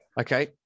Okay